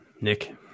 Nick